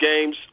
games